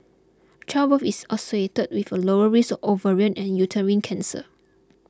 childbirth is associated with a lower risk of ovarian and uterine cancer